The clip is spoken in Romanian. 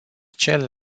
cele